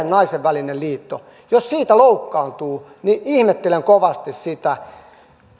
ja naisen välinen liitto jos siitä loukkaantuu niin ihmettelen kovasti sitä